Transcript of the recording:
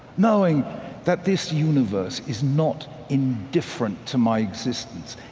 knowing that this universe is not indifferent to my existence,